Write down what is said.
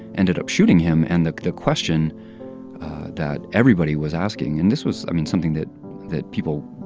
ended up shooting him. and the the question that everybody was asking and this was, i mean, something that that people,